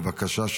בבקשה.